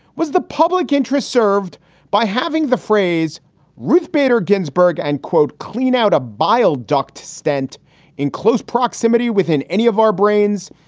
was the public interest served by having the phrase ruth bader ginsburg and, quote, clean out a bile duct stent in close proximity within any of our brains,